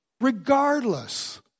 regardless